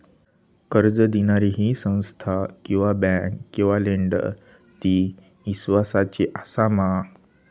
कर्ज दिणारी ही संस्था किवा बँक किवा लेंडर ती इस्वासाची आसा मा?